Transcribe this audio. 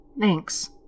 thanks